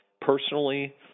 personally